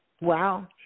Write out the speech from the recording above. Wow